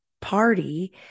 party